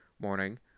morning